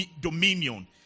dominion